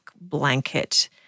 blanket